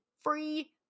free